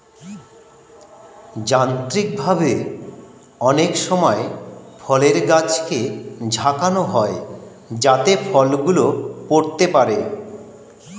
যান্ত্রিকভাবে অনেক সময় ফলের গাছকে ঝাঁকানো হয় যাতে ফল গুলো পড়তে পারে